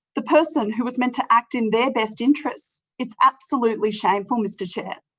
the person who was meant to act in their best interest. it's absolutely shameful, mr chair.